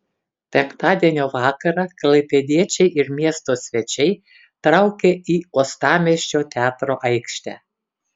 penktadienio vakarą klaipėdiečiai ir miesto svečiai traukė į uostamiesčio teatro aikštę